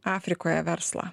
afrikoje verslą